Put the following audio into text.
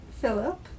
Philip